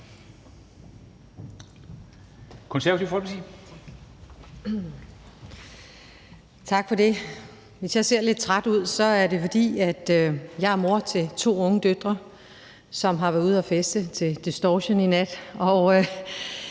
Bergman (KF): Tak for det. Hvis jeg ser lidt træt ud, er det, fordi jeg er mor til to unge døtre, som har været ude at feste til distortion i nat, og